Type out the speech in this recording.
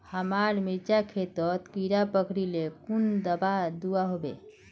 हमार मिर्चन खेतोत कीड़ा पकरिले कुन दाबा दुआहोबे?